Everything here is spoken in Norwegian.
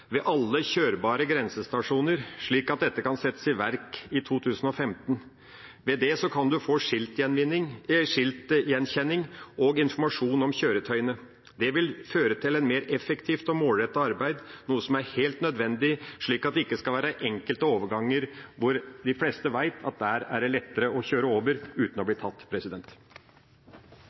ved alle kjørbare grensestasjoner, slik at dette kan settes i verk i 2015. Ved det kan man få skiltgjenkjenning og informasjon om kjøretøyene. Det vil føre til et mer effektivt og målrettet arbeid, noe som er helt nødvendig, slik at det ikke skal være enkelte overganger hvor de fleste vet at det er lettere å kjøre over uten å bli tatt.